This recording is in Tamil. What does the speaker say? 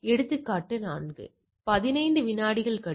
எடுத்துக்காட்டு 4 பதினைந்து விநாடிகள் கழித்து